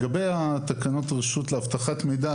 לגבי תקנות רשות לאבטחת מידע,